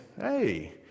Hey